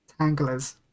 tanglers